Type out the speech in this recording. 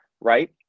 right